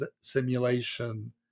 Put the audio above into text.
simulation